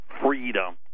freedom